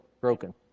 Broken